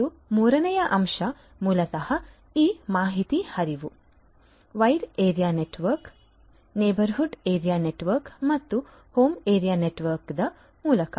ಮತ್ತು ಮೂರನೆಯ ಅಂಶವು ಮೂಲತಃ ಈ ಮಾಹಿತಿ ಹರಿವು wide area network neighbourhood area network ಮತ್ತು ಹೋಮ್ ಏರಿಯಾ ನೆಟ್ವರ್ಕ್ ದ ಮೂಲಕ